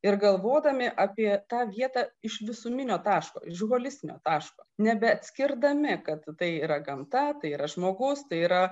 ir galvodami apie tą vietą iš visuminio taško iš holistinio taško nebeatskirdami kad tai yra gamta tai yra žmogaus tai yra